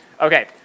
okay